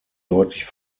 deutlich